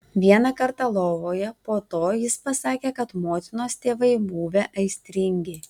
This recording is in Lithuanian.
vieną kartą lovoje po to jis pasakė kad motinos tėvai buvę aistringi